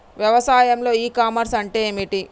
వ్యవసాయంలో e commerce అంటే ఏమిటి?